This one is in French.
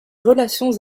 relations